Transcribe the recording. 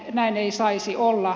näin ei saisi olla